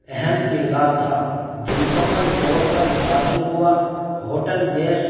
اہم کردار تھا جو مکمل طور پر متاثر ہوا ہوٹل گیسٹ